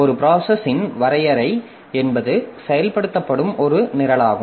ஒரு ப்ராசஸ் இன் வரையறை என்பது செயல்படுத்தப்படும் ஒரு நிரலாகும்